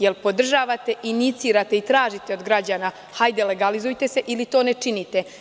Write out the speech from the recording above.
Da li podržavate, inicirate i tražite od građana – hajde, legalizujte se, ili to ne činite?